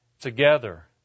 together